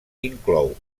inclou